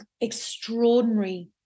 extraordinary